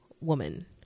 woman